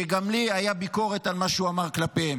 שגם לי הייתה ביקורת על מה שהוא אמר כלפיהם,